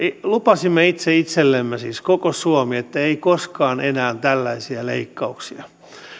lupasimme itse itsellemme siis koko suomi että ei koskaan enää tällaisia leikkauksia